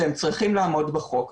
והם צריכים לעמוד בחוק.